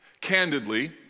Candidly